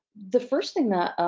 the first thing that,